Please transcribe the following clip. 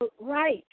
right